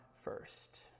first